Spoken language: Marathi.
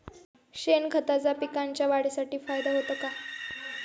शेणखताचा पिकांच्या वाढीसाठी फायदा होतो का?